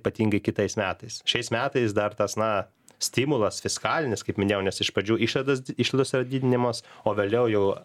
ypatingai kitais metais šiais metais dar tas na stimulas fiskalinis kaip minėjau nes iš pradžių išlaidos išlaidos yra didinimos o vėliau jau